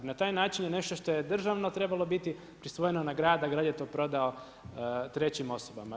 Na taj način je nešto što je državno trebalo biti prisvojeno na grad a grad je to prodao trećim osobama.